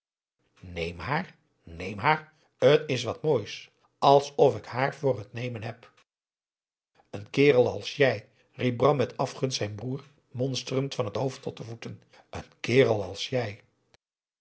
neem haar neem haar t is wat moois alsof ik haar voor het nemen heb een kerel als jij riep bram met afgunst zijn broer monsterend van het hoofd tot de voeten een kerel als jij